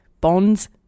bonds